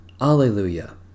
Alleluia